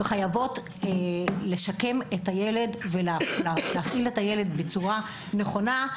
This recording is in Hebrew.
הן חייבות לשקם את הילד ולהפעיל את הילד בצורה נכונה,